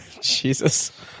Jesus